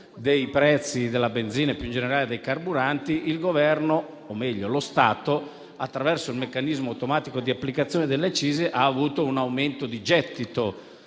dei prezzi della benzina e, più in generale, dei carburanti, il Governo, o meglio lo Stato, attraverso il meccanismo automatico di applicazione delle accise ha avuto un aumento di gettito.